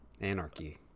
Anarchy